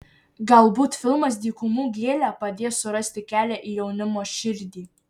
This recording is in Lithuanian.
galbūt filmas dykumų gėlė padės surasti kelią į jaunimo širdį